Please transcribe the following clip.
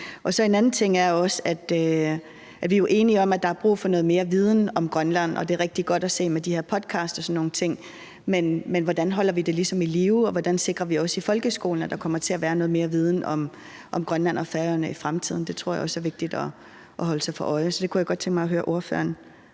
En anden ting er også, at vi jo er enige om, at der er brug for noget mere viden om Grønland. Det er rigtig godt at se med de her podcasts og sådan nogle ting, men hvordan holder vi det ligesom i live, og hvordan sikrer vi, at der også i folkeskolen kommer til at være noget mere viden om Grønland og Færøerne i fremtiden? Det tror jeg også er vigtigt at holde sig for øje; så det kunne jeg godt tænke mig høre ordføreren